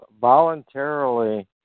voluntarily